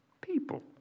people